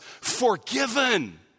forgiven